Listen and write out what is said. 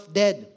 dead